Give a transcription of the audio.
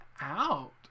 out